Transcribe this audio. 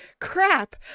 Crap